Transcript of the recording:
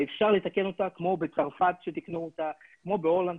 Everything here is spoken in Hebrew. ואפשר לתקן אותה, כמו שתיקנו בצרפת, כמו בהולנד,